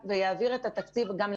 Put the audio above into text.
ויעביר את התקציב גם --- תודה.